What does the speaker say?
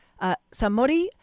Samori